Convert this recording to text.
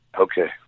Okay